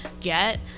get